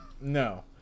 No